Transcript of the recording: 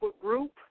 group